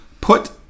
Put